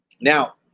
Now